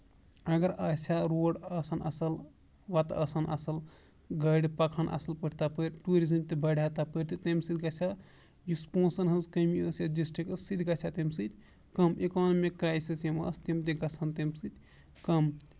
اَگر آسہِ ہا آسان روڈ اَصٕل وَتہٕ آسہٕ ہن اَصٕل گاڑِ پَکہٕ ہن اَصٕل پٲٹھۍ تَپٲر ٹوٗزِزٕم تہِ بَڑِہا تمٲر تہٕ تَمہِ سۭتۍ گژھِ ہا یُس پونٛسَن ہنٛز کٔمی ٲسۍ یَتھ ڈِسٹرکٹس منٛز سُتہ گژھِ ہا تَمہِ سۭتۍ کَم اِکانٕمِک کریسِز یِم آسہٕ تِم تہِ گژھہٕ ہن تَمہِ سۭتۍ کَم